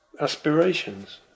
aspirations